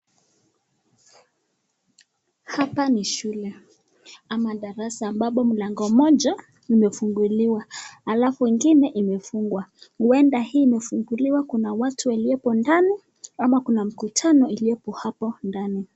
Hapa ni shule ama darasa ambapo mlango moja imefunguliwa alafu ingine imefungwa. Huenda hii imefunguliwa iwepo kuna watu ndani ama kuna mkutano iliyopo hapo ndani.